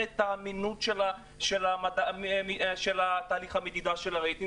את האמינות של תהליך המדידה של הרייטינג,